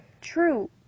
True